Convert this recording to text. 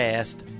Past